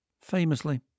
famously